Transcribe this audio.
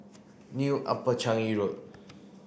New Upper Changi Road